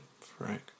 Frank